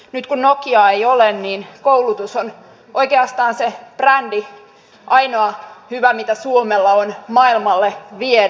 nyt kun nokaa ei ole niin koulutus on oikeastaan se brändi ainoa hyvä mitä suomella on maailmalle viedä